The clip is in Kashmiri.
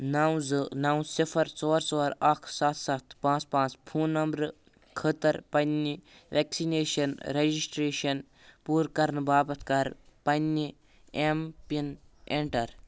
نو زٕ نو صِفر ژور ژور اکھ سَتھ سَتھ پانژھ پانژھ فون نمبرٕ خٲطرٕ پنٕنۍ ویکسِنیٚشن رجسٹریشن پوٗرٕ کرنہٕ باپتھ کر پَنٕنہِ ایم پِن اینٛٹر